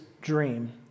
dream